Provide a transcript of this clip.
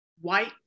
white